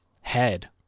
head